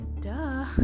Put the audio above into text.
duh